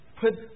put